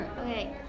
Okay